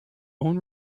own